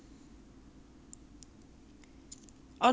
orh no they are the dumbest and the laziest people